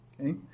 Okay